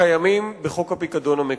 הקיימים בחוק הפיקדון המקורי.